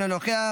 אינו נוכח,